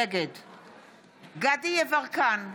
נגד דסטה גדי יברקן,